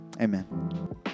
Amen